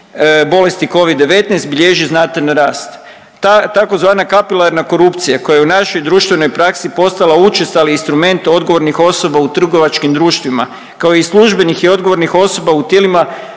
bolesti covid-19 bilježi znatan rast. Tzv. kapilarna korupcija koja je u našoj društvenoj praksi postala učestali instrument odgovornih osoba u trgovačkim društvima kao i službenih i odgovornih osoba u tijelima